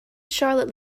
charlotte